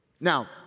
Now